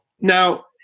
now